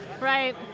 Right